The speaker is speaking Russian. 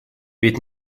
ведь